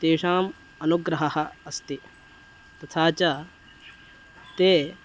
तेषाम् अनुग्रहः अस्ति तथा च ते